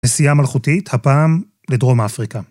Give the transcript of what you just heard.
נסיעה מלכותית, הפעם לדרום אפריקה.